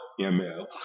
ML